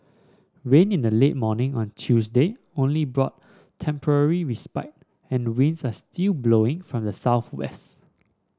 rain in the late morning on Tuesday only brought temporary respite and winds are still blowing from the southwest